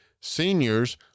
seniors